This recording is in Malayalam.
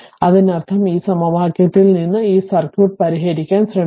അതിനർത്ഥം ഈ സമവാക്യത്തിൽ നിന്ന് ഈ സർക്യൂട്ട് പരിഹരിക്കാൻ ശ്രമിക്കണം